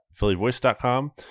PhillyVoice.com